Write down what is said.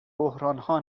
بحرانها